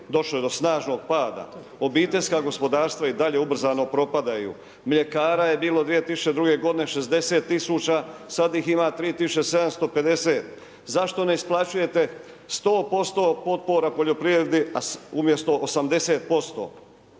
došlo je do snažnog pada, obiteljska gospodarstva i dalje ubrzano propadaju, mljekara je bilo 2002. godine 60 tisuća sada ih ima 3750. Zašto ne isplaćujete 100% potpora poljoprivredi umjesto 80%?